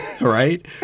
right